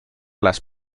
las